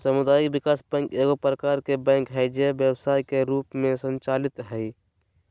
सामुदायिक विकास बैंक एगो प्रकार के बैंक हइ जे व्यवसाय के रूप में संचालित हइ